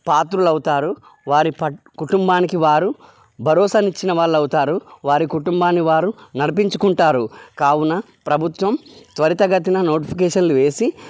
పాత్రులు అవుతారు వారి ప కుటుంబానికి వారు భరోసాను ఇచ్చిన వాళ్ళు అవుతారు వారి కుటుంబాన్ని వారు నడిపించుకుంటారు కావున ప్రభుత్వం త్వరతగతిన నోటిఫికేషన్లు వేసి